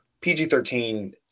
PG-13